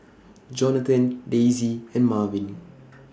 Johnathan Daisie and Marvin